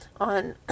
on